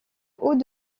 haut